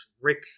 Rick